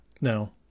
No